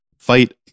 Fight